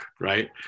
Right